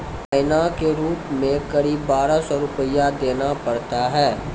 महीना के रूप क़रीब बारह सौ रु देना पड़ता है?